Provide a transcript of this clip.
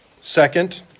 Second